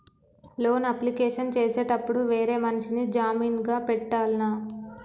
Loan application చేసేటప్పుడు వేరే మనిషిని జామీన్ గా పెట్టాల్నా?